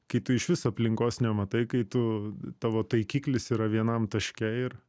kai tu išvis aplinkos nematai kai tu tavo taikiklis yra vienam taške ir